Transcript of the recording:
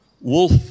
wolf